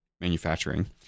manufacturing